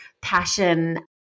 passion